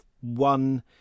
one